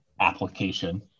application